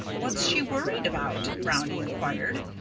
what's she worried about? brownie inquired.